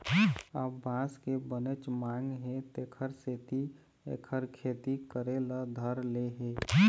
अब बांस के बनेच मांग हे तेखर सेती एखर खेती करे ल धर ले हे